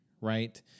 right